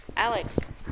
Alex